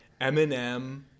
Eminem